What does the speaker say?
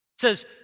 says